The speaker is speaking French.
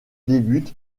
débute